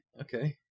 okay